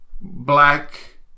black